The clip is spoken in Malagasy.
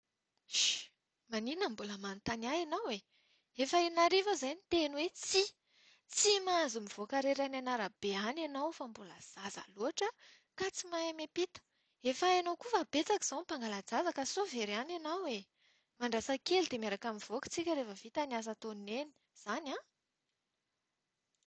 Sh! Maninona no mbola manontany ahy ianao? Efa in’arivo aho izay no niteny hoe tsia! Tsy mahazo mivoaka irery any an'arabe any ianao fa mbola zaza loatra ka tsy mahay miampita! Efa hainao koa fa betsaka izao ny mpanagala-jaza ka sao ho very any ianao e! Mahandrasa kely dia miaraka mivoaka isika rehefa vita ny asa ataon'i Neny. Izany an?